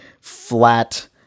flat